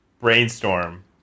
Brainstorm